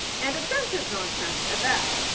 and offensive nonsense, at that.